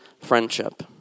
friendship